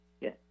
yes